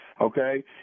okay